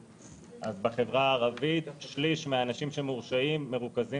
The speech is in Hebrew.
אז בחברה היהודית שליש מהאנשים שמורשעים מרוכזים